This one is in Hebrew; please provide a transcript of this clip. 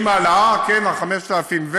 עם ההעלאה ליותר מ-5,000,